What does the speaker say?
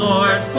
Lord